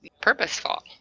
purposeful